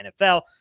NFL